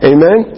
Amen